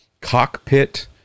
cockpit